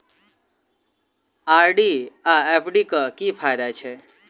RD आ FD क की फायदा छै?